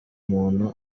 muntu